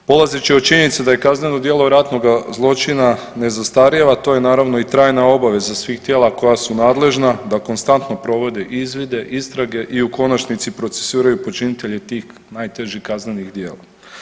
Polazeći od činjenice da je kazneno djelo ratnoga zločina ne zastarijeva, to je naravno i trajna obaveza svih tijela koja su nadležna da konstantno provode izvide, istrage i u konačnici procesuiraju počinitelje tih najtežih kaznenih djela.